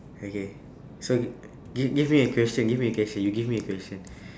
okay so give give me a question give me a question you give me a question